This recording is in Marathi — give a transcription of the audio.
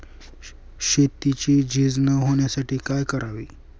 शेतीची झीज न होण्यासाठी काय करावे?